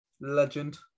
Legend